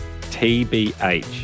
TBH